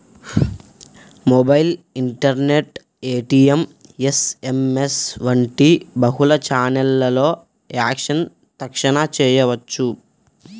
mobile, internet, ATM, SMS వంటి బహుళ ఛానెల్లలో యాక్సెస్ తక్షణ చేయవచ్చు